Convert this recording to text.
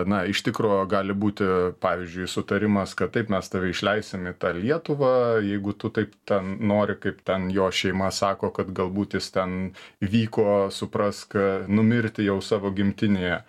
na iš tikro gali būti pavyzdžiui sutarimas kad taip mes tave išleisim į tą lietuvą jeigu tu taip ten nori kaip ten jo šeima sako kad galbūt jis ten vyko suprask numirti jau savo gimtinėje